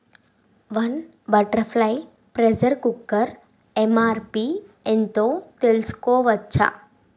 one butterfly pressure cooker MRP ఎంతో తెలుసుకోవచ్చా